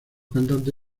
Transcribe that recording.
cantante